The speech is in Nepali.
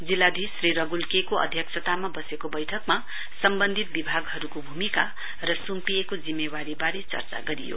जिल्लाधीश श्री रगुल के को अध्यक्षतामा वसेको बैठकमा सम्वन्धित विभागहरूको भुमिका र सुम्पिएको जिम्मेवारीबारे चर्चा गरियो